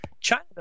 China